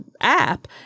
app